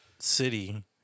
city